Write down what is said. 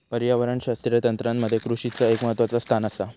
पर्यावरणशास्त्रीय तंत्रामध्ये कृषीचा एक महत्वाचा स्थान आसा